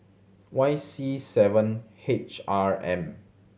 Y C seven H R M